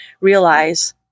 realize